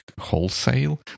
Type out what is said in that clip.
wholesale